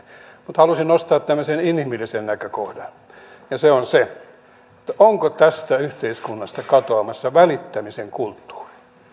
mutta halusin nostaa tämmöisen inhimillisen näkökohdan ja se on se että onko tästä yhteiskunnasta katoamassa välittämisen kulttuuri